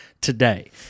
today